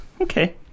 okay